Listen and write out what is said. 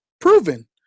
proven